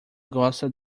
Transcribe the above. gosta